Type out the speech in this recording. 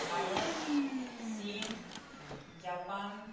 ভাৰত চীন জাপান